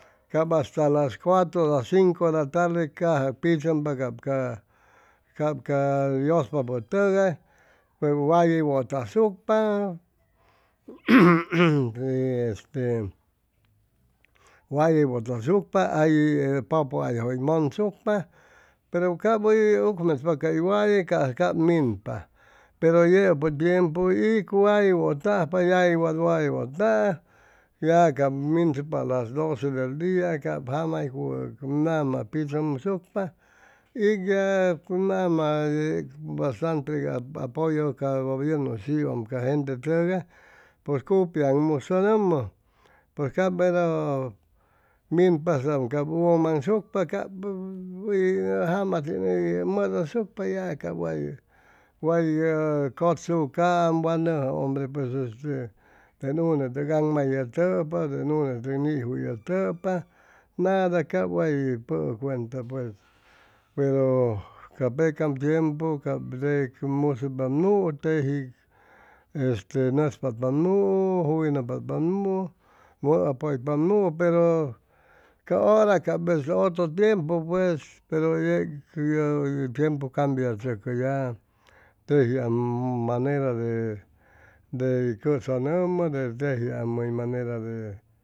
Cap hasta las cuatro a las cinco de la tarde caja pichʉmpa cap ca ca yʉspapʉtʉgay waye wʉtasucpa y este waye watʉsucpa y ay pʉpʉhayjʉ hʉy mʉnsucpa pero cay way unmechpa ca waye caja cap minpa pero yʉpʉ tiempu ig waye wʉtajpa yagui wat waye wʉtaa ya cap minsucpaam a las doce del dia cap jama hʉy cug nama pichʉmsucpa y ya nama bastante apoyo ca gobiernu hʉy chiwam ca gentetʉgay pʉj cupiaŋmʉsʉnʉmʉ pʉj cap mero minsucpa cap ugʉmaŋsucpa cap hʉy jamatin hʉyʉ mʉdʉsucpa ya cap way way hʉy cʉtsucaam wa nʉjʉ hombre pues este twn unetʉg aŋmayʉtʉpa ten unetʉg nijuyʉtʉpa nada cap way pʉʉ cuenta pero ca peca tiempu de que cap musʉypap nuu teji nʉtz patpam nuu juyʉnʉ patpa nuu mʉa pʉypap nuu pero ca hara cap otro tiempu pues pero yeg ye tiempu cambiachʉcʉ tejiam manera de cʉsʉnʉmʉ tejiam hʉy manera de